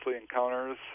encounters